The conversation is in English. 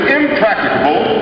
impracticable